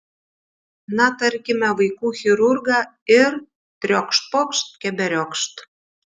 na tarkime vaikų chirurgą ir triokšt pokšt keberiokšt